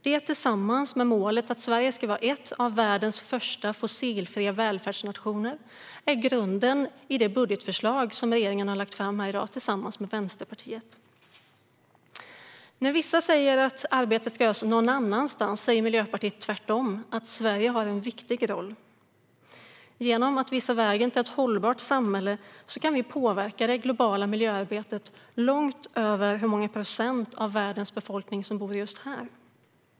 Detta, tillsammans med målet att Sverige ska vara en av världens första fossilfria välfärdsnationer, är grunden i det budgetförslag som regeringen tillsammans med Vänsterpartiet har lagt fram. När vissa säger att arbetet ska göras någon annanstans säger Miljöpartiet tvärtom att Sverige har en viktig roll. Genom att visa vägen till ett hållbart samhälle kan vi påverka det globala miljöarbetet i långt högre grad än vad som står i proportion till hur många procent av världens befolkning som bor just här.